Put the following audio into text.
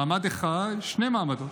מעמד אחד, שני מעמדות.